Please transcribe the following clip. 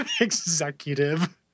Executive